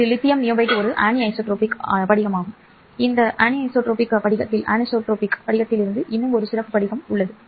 இந்த lithium niobate ஒரு anisotropic படிகமாகும் இந்த அனிசோட்ரோபிக் படிகத்திலிருந்து இன்னும் ஒரு சிறப்பு படிக உள்ளது